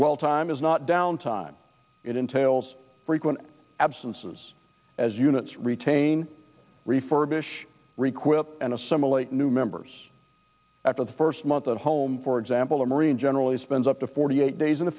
dwell time is not downtime it entails frequent absences as units retain refurbish requip and assimilate new members after the first month at home for example a marine generally spends up to forty eight days in the